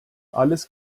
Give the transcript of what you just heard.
alles